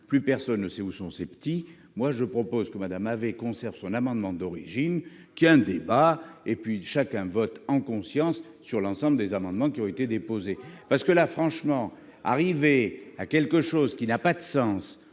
plus personne ne sait où sont ses petits moi je propose que Madame avait conserve son amendement d'origine qui a un débat et puis chacun vote en conscience sur l'ensemble des amendements qui ont été déposées, parce que là franchement arriver à quelque chose qui n'a pas de sens,